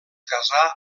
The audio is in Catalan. casà